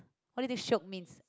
what do you think shiok means